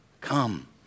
Come